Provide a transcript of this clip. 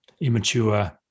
immature